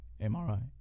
MRI